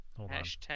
Hashtag